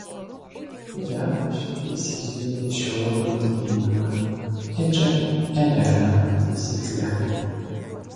jav ši taisyklė iki šiol vaidinama edžio erelio taisykle